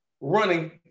running